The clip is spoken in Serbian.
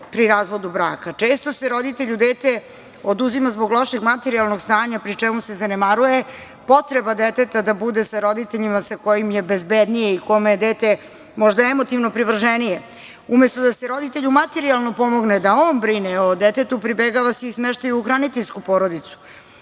pri razvodu braka. Često se roditelju dete oduzima zbog lošeg materijalnog stanja, pri čemu se zanemaruje potreba deteta da bude sa roditeljom sa kojim je bezbednije i kome je dete možda emotivno privrženije. Umesto da se roditelju materijalno pomogne da on brine o detetu, pribegava se i smeštaju u hraniteljsku porodicu